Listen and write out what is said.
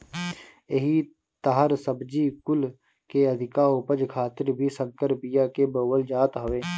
एही तहर सब्जी कुल के अधिका उपज खातिर भी संकर बिया के बोअल जात हवे